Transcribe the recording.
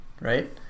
right